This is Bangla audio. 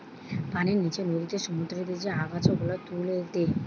পানির নিচে নদীতে, সমুদ্রতে যে আগাছা গুলা তুলে দে